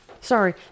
sorry